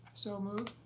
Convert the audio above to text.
so moved.